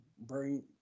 bring